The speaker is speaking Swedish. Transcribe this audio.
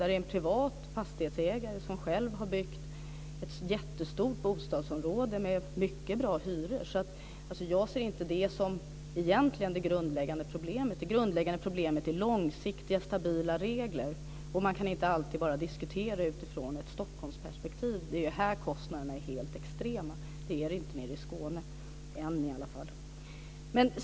Där är det en privat fastighetsägare som själv har byggt ett jättestort bostadsområde med mycket bra hyror. Jag ser egentligen inte det som det grundläggande problemet. Det grundläggande problemet är att få långsiktiga, stabila regler. Man kan inte alltid bara diskutera utifrån ett Stockholmsperspektiv. Det är ju här kostnaderna är helt extrema. Det är de inte nere i Skåne, inte än i alla fall.